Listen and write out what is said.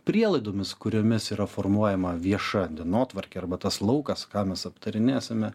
prielaidomis kuriomis yra formuojama vieša dienotvarkė arba tas laukas ką mes aptarinėsime